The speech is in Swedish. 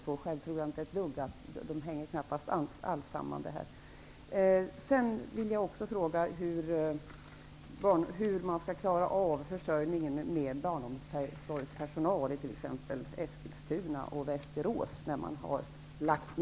Själv tror jag inte att de knappast alls hänger samman.